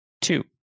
Two